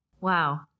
Wow